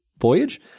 voyage